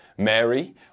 Mary